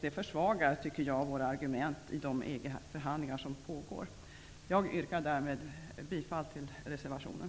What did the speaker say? Det försvagar våra argument i de pågående EG Jag yrkar därmed bifall till reservationen.